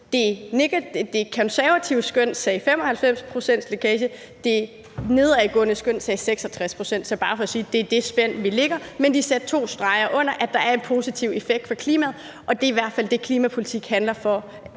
Det konservative skøn sagde 95 pct.s lækage, det nedadgående skøn sagde 66 pct. Så det er bare for at sige, at det er i det spænd, vi ligger. Men de satte to streger under, at der er en positiv effekt for klimaet, og det er i hvert fald det, klimapolitik handler om